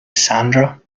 sandra